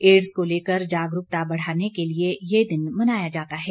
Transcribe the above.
ads को लेकर जागरुकता बढ़ाने के लिए यह दिन मनाया जाता है